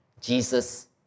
Jesus